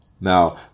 Now